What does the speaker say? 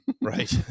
Right